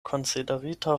konsiderita